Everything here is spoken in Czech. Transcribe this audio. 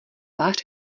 vař